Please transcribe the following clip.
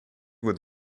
would